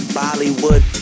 bollywood